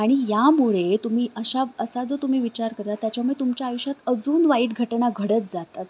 आणि यामुळे तुम्ही अशा असा जो तुम्ही विचार करता त्याच्यामुळे तुमच्या आयुष्यात अजून वाईट घटना घडत जातात